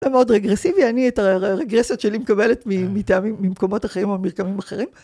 לא מאוד רגרסיבי, אני את הרגרסיות שלי מקבלת מטעמים ממקומות אחרים או מרקמים אחרים.